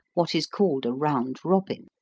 what is called a round robin.